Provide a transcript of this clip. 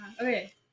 Okay